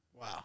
Wow